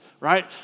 right